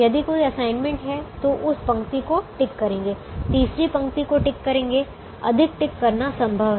यदि कोई असाइनमेंट है तो उस पंक्ति को टिक करेंगे तीसरी पंक्ति को टिक करेंगे अधिक टिक करना संभव है